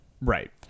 Right